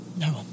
No